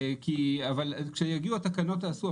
אבל כשיגיעו התקנות תעשו,